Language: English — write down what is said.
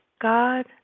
God